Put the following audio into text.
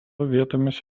vietomis